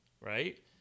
right